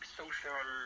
social